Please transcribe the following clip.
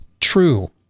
true